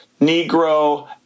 Negro